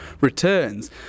returns